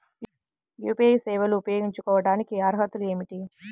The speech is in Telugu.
యూ.పీ.ఐ సేవలు ఉపయోగించుకోటానికి అర్హతలు ఏమిటీ?